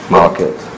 market